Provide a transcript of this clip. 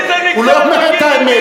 הוא לא אומר את האמת.